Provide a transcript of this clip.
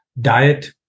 Diet